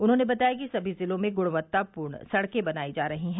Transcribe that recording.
उन्होंने बताया कि सभी जिलों में ग्णवत्तापूर्ण सड़के बनाई जा रही है